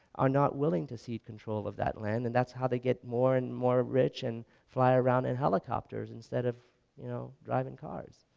are not willing to cede control of that land and that's how they get more and more rich and fly around in helicopters instead of you know driving cars.